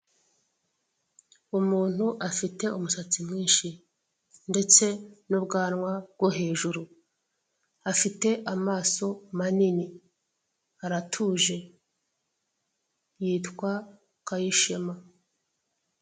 Umuntu afite umusatsi mwinshi ndetse n'ubwanwa bwo hejuru, afite amaso manini aratuje yitwa Kayishema.